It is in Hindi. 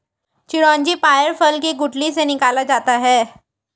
चिरौंजी पयार फल के गुठली से निकाला जाता है